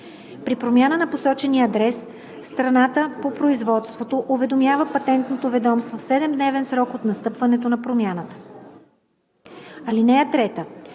При промяна на посочения адрес страната по производството уведомява Патентното ведомство в 7-дневен срок от настъпването на промяната. (3)